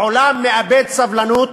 העולם מאבד סבלנות